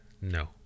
No